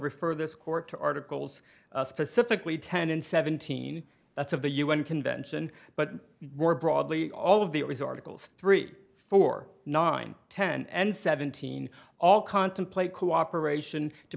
refer this court to articles specifically ten in seventeen that's of the un convention but more broadly all of the it was articles three four nine ten and seventeen all contemplate cooperation to